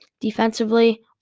Defensively